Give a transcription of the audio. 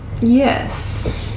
Yes